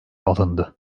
alındı